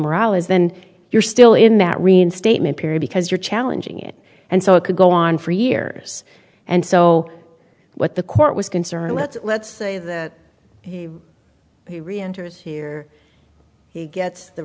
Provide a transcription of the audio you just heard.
morale is then you're still in that reinstatement period because you're challenging it and so it could go on for years and so what the court was concerned let's let's say the reenters here gets the